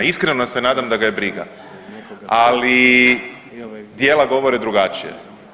Iskreno se nadam da ga je briga, ali djela govore drugačije.